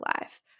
life